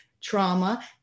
trauma